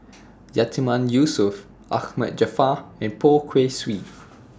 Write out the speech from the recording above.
Yatiman Yusof Ahmad Jaafar and Poh Kay Swee